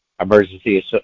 Emergency